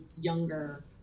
younger